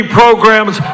programs